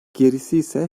gerisiyse